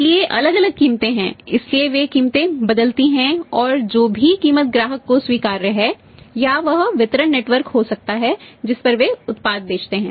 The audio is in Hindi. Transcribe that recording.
इसलिए अलग अलग कीमतें हैं इसलिए वे कीमतें बदलती हैं और जो भी कीमत ग्राहक को स्वीकार्य है या वह वितरण नेटवर्क हो सकता है जिस पर वे उत्पाद बेचते हैं